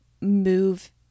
move